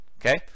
Okay